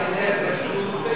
האם שר האוצר יענה באמצעות פייסבוק?